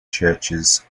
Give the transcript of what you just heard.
churches